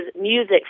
music